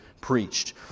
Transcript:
preached